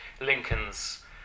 Lincoln's